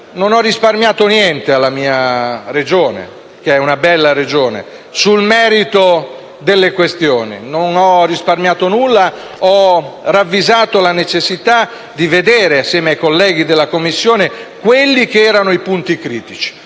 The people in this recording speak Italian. non ho risparmiato niente alla mia Regione, che è una bella Regione. Sul merito delle questioni non ho risparmiato nulla ed ho ravvisato la necessità di vedere, insieme ai colleghi della Commissione, quelli che erano i punti critici.